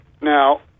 Now